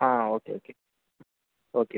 okay okay okay